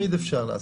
אפשר לעשות.